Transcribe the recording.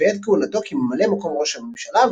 בעת כהונתו כממלא מקום ראש הממשלה,